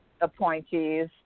appointees